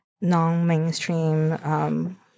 non-mainstream